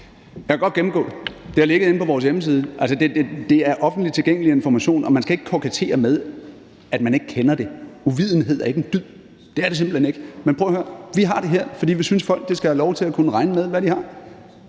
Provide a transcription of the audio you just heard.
jeg kan godt gennemgå det. Det har ligget inde på vores hjemmeside. Altså, det er offentligt tilgængelig information, og man skal ikke kokettere med, at man ikke kender det. Uvidenhed er ikke en dyd. Det er det simpelt hen ikke. Men prøv at høre: Vi har det her, fordi vi synes, at folk skal have lov til at kunne regne med, hvad de har.